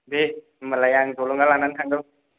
दे होमबालाय आं जलंगा लानानै थांगौ